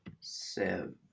seven